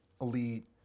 Elite